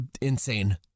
insane